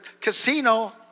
casino